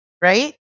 Right